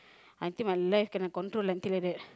until my life kena control until like that